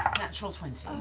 natural twenty.